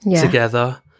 together